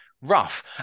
rough